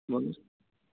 وَن حظ